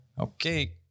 Okay